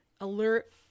alert